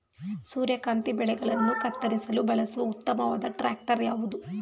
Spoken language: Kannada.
ಸೂರ್ಯಕಾಂತಿ ಬೆಳೆಗಳನ್ನು ಕತ್ತರಿಸಲು ಬಳಸುವ ಉತ್ತಮವಾದ ಟ್ರಾಕ್ಟರ್ ಯಾವುದು?